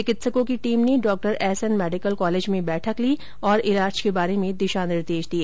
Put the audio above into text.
चिकित्सकों की टीम ने डॉ एसएन मेडिकल कॉलेज में बैठक ली और इलाज के बार्र में दिशानिर्देश दिए